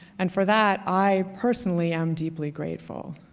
and for that, i personally am deeply grateful.